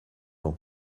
ans